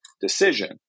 decision